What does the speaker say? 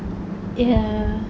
ya